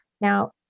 Now